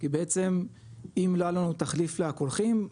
כי בעצם אם לא היה לנו תחליף לקולחים,